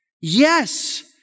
yes